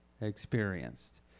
experienced